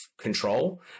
control